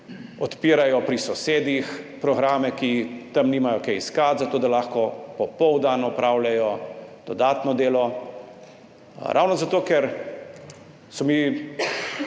odpirajo pri sosedih programe, ki tam nimajo kaj iskati, zato da lahko popoldan opravljajo dodatno delo. Ravno zato ker so mi